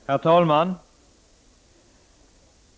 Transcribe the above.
Herr talman!